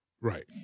Right